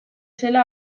zela